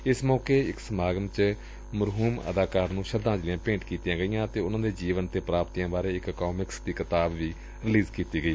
ਏਸ ਮੌਕੇ ਇਕ ਸਮਾਗਮ ਚ ਮਰਹੁਮ ਅਦਾਕਾਰ ਨੂੰ ਸ਼ਰਧਾਂਜਲੀ ਭੇਟ ਕੀਤੀ ਗਈ ਅਤੇ ਉਨੂਾਂ ਦੇ ਜੀਵਨ ਤੇ ਪੂਾਪਤੀਆਂ ਬਾਰੇ ਇਕ ਕਾਮਿਕਸ ਕਿਤਾਬ ਵੀ ਰਲੀਜ਼ ਕੀਤੀ ਗਈ